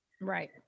Right